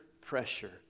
pressure